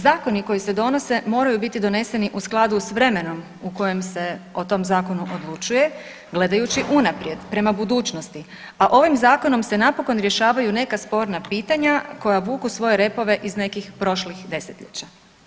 Zakoni koji se donose moraju biti doneseni u skladu s vremenom u kojem se o tom zakonu odlučuje gledajući unaprijed prema budućnosti, a ovim zakonom se napokon rješavaju neka sporna pitanja koja vuku svoje repove iz nekih prošlih 10-ljeća.